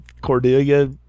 Cordelia